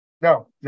No